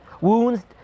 Wounds